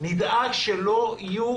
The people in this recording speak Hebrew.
המצב ונדאג לכך שלא יהיו